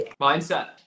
mindset